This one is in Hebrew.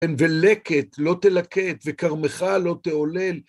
ולקט, לא תלקט, וכרמך לא תעולל.